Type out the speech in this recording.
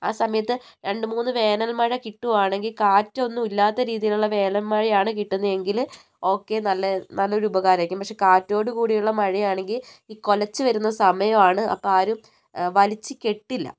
ആ സമയത്ത് രണ്ട് മൂന്ന് വേനൽ മഴ കിട്ടുക ആണെങ്കിൽ കാറ്റൊന്നും ഇല്ലാത്ത രീതിയിലുള്ള വേനൽ മഴയാണ് കിട്ടുന്നതു എങ്കിൽ ഓക്കേ നല്ല നല്ലൊരുപകാരമായിരിക്കും പക്ഷെ കാറ്റോടു കൂടിയുള്ള മഴയാണെങ്കിൽ ഈ കുലച്ചു വരുന്ന സമായമാണ് അപ്പം ആരും വലിച്ച് കെട്ടില്ല